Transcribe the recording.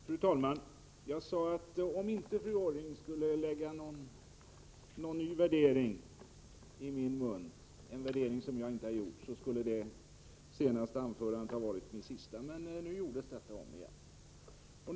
Fru talman! Jag sade i mitt förra inlägg att det skulle bli det sista i denna debatt, om inte Ulla Orring på nytt lade ord i min mun som jag inte har uttalat. Nu gjordes emellertid detta igen.